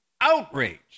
outraged